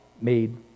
made